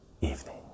evening